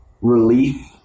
relief